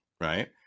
right